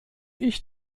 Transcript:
ich